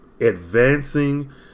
advancing